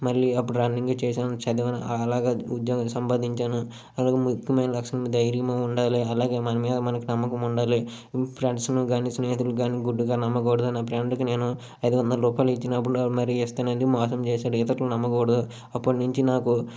మళ్ళీ అపుడు రన్నింగ్ చేశాను చదివాను అలగా ఉద్యోగం సంపాదించాను అలాగే ముఖ్యమైన లక్షణం ధైర్యం ఉండాలి అలాగే మన మీద మనకు నమ్మకం ఉండాలి ఫ్రెండ్స్ని కాని స్నేహితుల్ని కానీ గుడ్డిగా నమ్మకూడదు నా ఫ్రెండ్కి నేను ఐదువందల రూపాయలు ఇచ్చినపుడు మరి ఇస్తానని మోసం చేశాడు ఇతరులను నమ్మకూడదు అప్పటి నుంచి నాకు